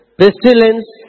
pestilence